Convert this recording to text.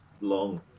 long